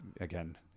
again